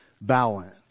Balance